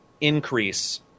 increase